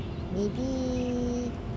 maybe